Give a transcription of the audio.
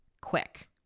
quick